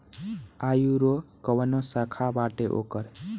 आयूरो काऊनो शाखा बाटे ओकर